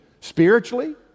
spiritually